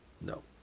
No